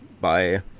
Bye